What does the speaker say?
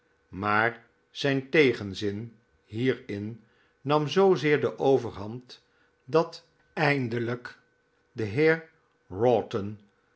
maar zijn tegenzin hierin nam zoozeer de overhand dat eindelijk de heer